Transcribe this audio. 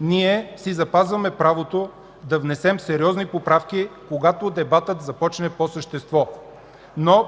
Ние си запазваме правото да внесем сериозни поправки, когато дебатът започне по същество.